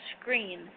screen